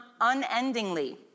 unendingly